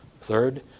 Third